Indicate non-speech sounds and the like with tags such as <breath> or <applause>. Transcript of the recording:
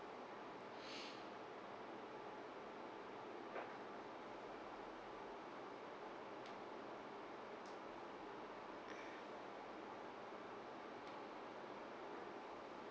<breath>